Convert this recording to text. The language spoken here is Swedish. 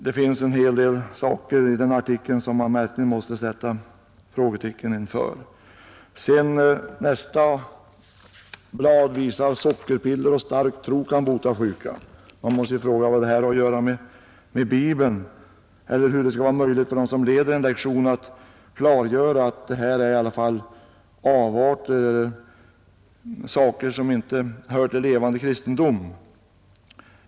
Det finns en hel del saker i den artikeln som man verkligen måste sätta frågetecken för. Nästa blad har rubriken ”Sockerpiller och stark tro kan bota sjuka”. Man måste fråga vad detta har att göra med Bibeln eller hur det skall vara möjligt för den som leder en lektion att klargöra att detta i alla fall är avarter och saker som inte hör till en levande kristendom.